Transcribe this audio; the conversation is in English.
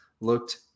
looked